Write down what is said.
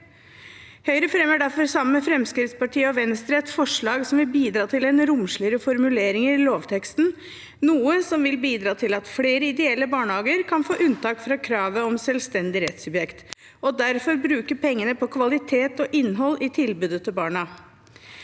Høyre fremmer derfor sammen med Fremskrittspartiet og Venstre et forslag som vil bidra til en romsligere formulering i lovteksten, noe som vil bidra til at flere ideelle barnehager kan få unntak fra kravet om selvstendig rettssubjekt, og derfor bruke pengene på kvalitet og innhold i tilbudet til barna.